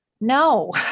no